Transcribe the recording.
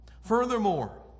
Furthermore